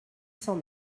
cent